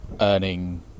earning